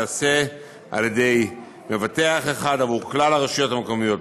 תיעשה על-ידי מבטח אחד עבור כלל הרשויות המקומיות.